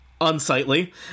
Unsightly